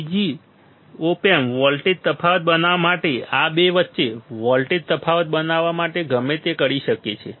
બીજું op amp voltage તફાવત બનાવવા માટે આ બે વચ્ચે વોલ્ટેજ તફાવત બનાવવા માટે ગમે તે કરી શકે છે